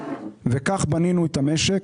וכך בנינו את המשק,